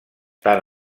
tant